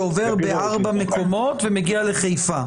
קרוז שעובר בארבע מקומות ומגיע לחיפה.